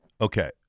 Okay